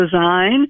design